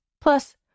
Plus